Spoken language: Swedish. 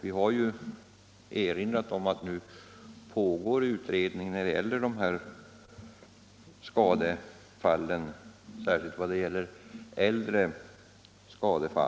Vi har ju erinrat om att en utredning pågår om dessa skadefall, särskilt äldre sådana.